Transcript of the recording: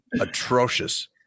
atrocious